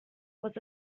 was